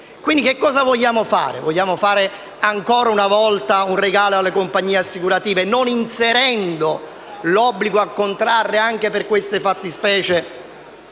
Che cosa vogliamo fare? Vogliamo fare ancora una volta un regalo alle compagnie assicurative non inserendo l'obbligo a contrarre anche per queste fattispecie